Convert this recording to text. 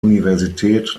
universität